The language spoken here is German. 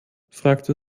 fragte